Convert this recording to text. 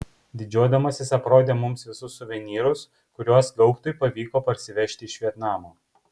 didžiuodamasis aprodė mums visus suvenyrus kuriuos gaubtui pavyko parsivežti iš vietnamo